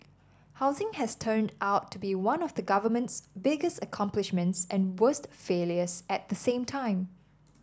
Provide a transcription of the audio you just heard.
housing has turned out to be one of the government's biggest accomplishments and worst failures at the same time